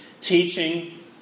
teaching